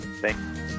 Thanks